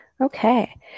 okay